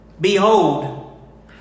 Behold